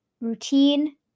routine